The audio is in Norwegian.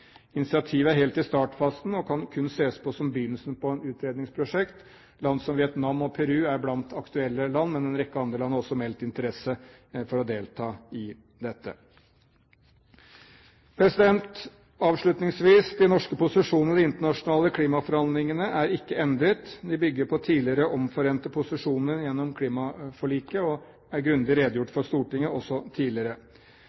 Initiativet er helt i startfasen og kan kun ses på som begynnelsen på et utredningsprosjekt. Land som Vietnam og Peru er blant aktuelle land, men en rekke andre land har også meldt interesse for å delta i dette. Avslutningsvis: De norske posisjoner i de internasjonale klimaforhandlingene er ikke endret. De bygger på tidligere omforente posisjoner gjennom klimaforliket og er grundig redegjort